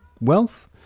wealth